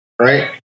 right